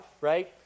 right